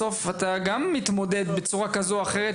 בסוף אתה גם מתמודד בצורה כזו או אחרת,